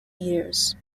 years